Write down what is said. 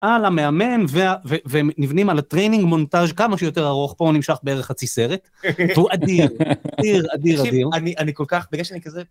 על המאמן, ונבנים על ה-training montage כמה שיותר ארוך, פה הוא נמשך בערך חצי סרט, והוא אדיר, אדיר, אדיר, אדיר. תקשיב, אני כל כך, בגלל שאני כזה...